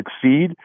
succeed